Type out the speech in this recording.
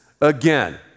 again